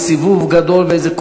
מי דיבר אתם?